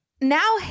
now